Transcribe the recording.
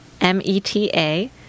M-E-T-A